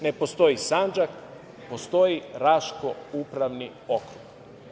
Ne postoji Sandžak, postoji Raški upravni okrug.